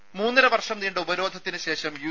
ദേദ മൂന്നര വർഷം നീണ്ട ഉപരോധത്തിന് ശേഷം യു